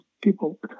people